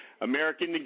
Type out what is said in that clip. American